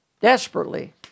desperately